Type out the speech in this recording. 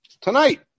tonight